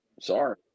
sorry